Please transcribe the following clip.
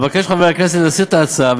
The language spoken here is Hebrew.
אבקש מחברי הכנסת להסיר את ההצעה.